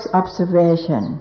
observation